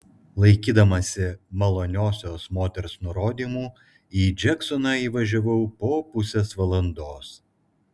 laikydamasi maloniosios moters nurodymų į džeksoną įvažiavau po pusės valandos